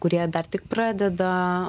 kurie dar tik pradeda